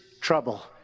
trouble